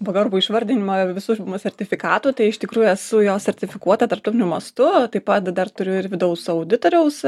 pagarbų išvardinimą visų mū sertifikatų tai iš tikrųjų esu jo sertifikuota tarptautiniu mastu taip pat dar turiu ir vidaus auditoriaus